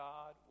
God